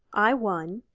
i one,